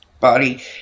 body